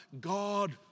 God